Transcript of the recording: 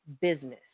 business